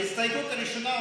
ההסתייגות הראשונה אומרת: